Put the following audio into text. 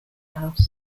house